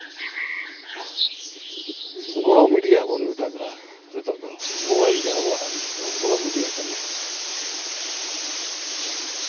ᱜᱚᱲᱚ ᱢᱤᱰᱤᱭᱟ ᱵᱚᱱ ᱢᱮᱛᱟᱜᱼᱟ ᱱᱤᱛᱚᱜ ᱫᱚ ᱢᱳᱵᱟᱭᱤᱞ ᱜᱮ ᱟᱵᱚᱣᱟᱜ ᱫᱚ ᱜᱚᱲᱚ ᱢᱤᱰᱤᱭᱟ ᱠᱟᱱᱟᱭ